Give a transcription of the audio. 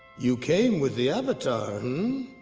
you came with the avatar,